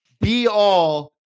be-all